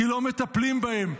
כי לא מטפלים בהם.